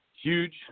huge